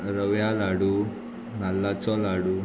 रव्या लाडू नाल्लाचो लाडू